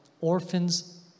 orphans